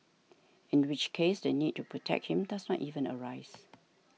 in which case the need to protect him does not even arise